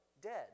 dead